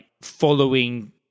following